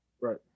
Right